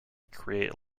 create